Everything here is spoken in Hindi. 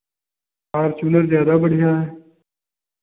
फ़ॉरचुनर ज़्यादा बढ़ियाँ है